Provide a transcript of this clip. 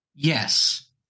Yes